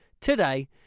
today